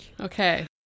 Okay